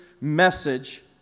message